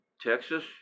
Texas